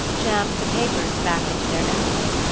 jammed the papers back into their envelope,